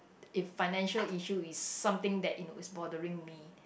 if financial issue is something that you know is bothering me